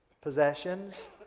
possessions